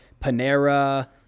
panera